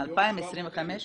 ב-2025 --- 1,700,000?